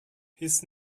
his